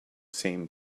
same